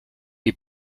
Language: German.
wie